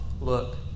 Look